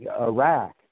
Iraq